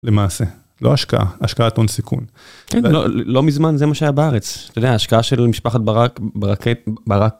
למעשה. לא השקעה, השקעת הון סיכון. כן. לא, לא מזמן זה מה שהיה בארץ. אתה יודע, השקעה של המשפחת ברק, ברקת, ברק...